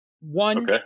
One